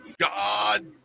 God